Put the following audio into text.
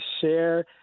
share